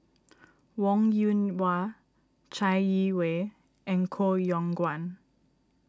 Wong Yoon Wah Chai Yee Wei and Koh Yong Guan